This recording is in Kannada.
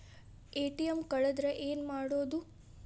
ಎ.ಟಿ.ಎಂ ಕಳದ್ರ ಏನು ಮಾಡೋದು?